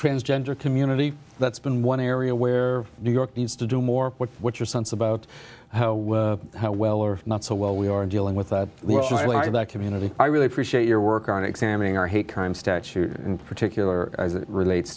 transgender community that's been one area where new york needs to do more with what your sense about how well or not so well we are dealing with a lot of that community i really appreciate your work on examining our hate crime statute in particular as it relates